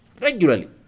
Regularly